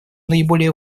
наиболее